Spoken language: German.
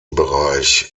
bereich